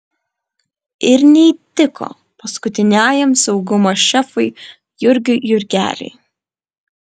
ir neįtiko paskutiniajam saugumo šefui jurgiui jurgeliui